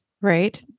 right